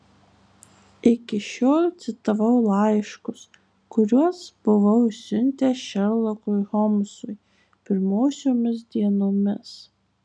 iki šiol citavau laiškus kuriuos buvau išsiuntęs šerlokui holmsui pirmosiomis dienomis